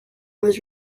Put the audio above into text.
was